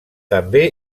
també